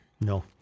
No